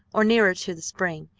or nearer to the spring,